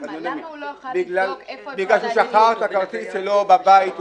ששכח את הכרטיס שלו בבית.